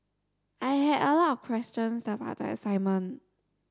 I had a lot of question about the assignment